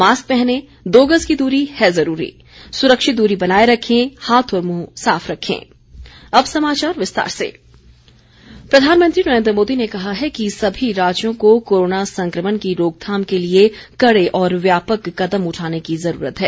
mask पहनें दो गज दूरी है जरूरी सुरक्षित दूरी बनाये रखें हाथ और मुंह साफ रखें प्रधानमंत्री प्रधानमंत्री नरेन्द्र मोदी ने कहा है कि सभी राज्यों को कोरोना संक्रमण की रोकथाम के लिए कड़े और व्यापक कदम उठाने की ज़रूरत है